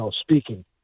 speaking